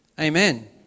Amen